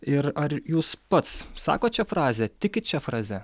ir ar jūs pats sakot šią frazę tikit šia fraze